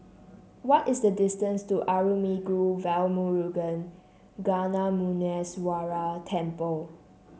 what is the distance to Arulmigu Velmurugan Gnanamuneeswarar Temple